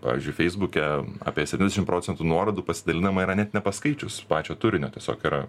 pavyzdžiui feisbuke apie septyniasdešim procentų nuorodų pasidalinama yra net nepaskaičius pačio turinio tiesiog yra